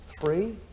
three